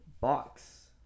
box